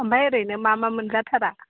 ओमफाय ओरैनो मा मा मोनजा थारा